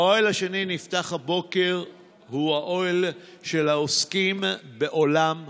האוהל השני נפתח הבוקר והוא האוהל של העוסקים בעולם התיירות: